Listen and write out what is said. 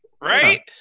Right